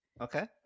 Okay